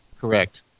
Correct